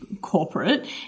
corporate